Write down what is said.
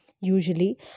Usually